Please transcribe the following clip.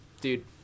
dude